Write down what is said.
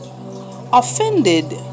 offended